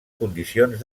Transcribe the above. condicions